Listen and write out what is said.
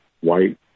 white